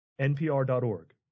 NPR.org